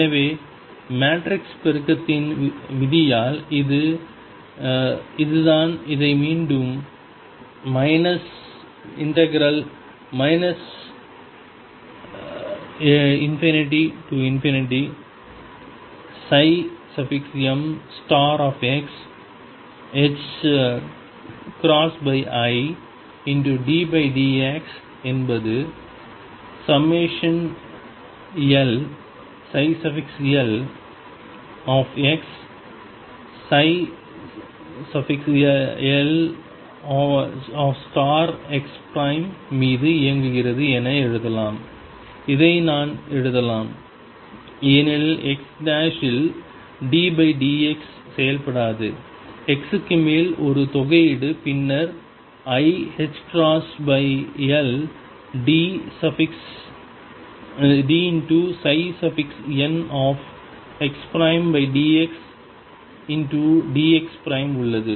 எனவே மேட்ரிக்ஸ் பெருக்கத்தின் விதியால் இது இதுதான் இதை மீண்டும் ∞mxiddx என்பது llxlxமீது இயங்குகிறது என எழுதலாம் இதை நான் எழுதலாம் ஏனெனில் x இல் ddx செயல்படாது x க்கு மேல் ஒரு தொகையீடு பின்னர் எனக்கு i idnxdxdx உள்ளது